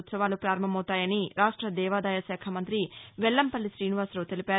ఉత్సవాలు ప్రారంభమవుతాయని రాష్ట్ల దేవాదాయ శాఖ మంతి వెల్లంపల్లి శీనివాసరావు తెలిపారు